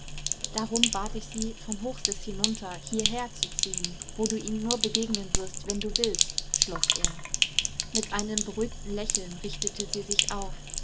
darum bat ich sie von hochseß hinunter hierher zu ziehen wo du ihnen nur begegnen wirst wenn du willst schloß er mit einem beruhigten lächeln richtete sie sich auf